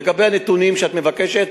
לגבי הנתונים שאת מבקשת,